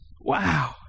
Wow